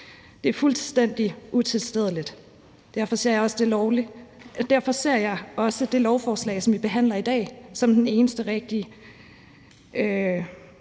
Det er fuldstændig utilstedeligt. Derfor ser jeg også det, der forslås i det lovforslag, som vi behandler i dag, som det eneste rigtige